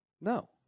No